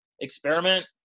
experiment